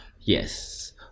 Yes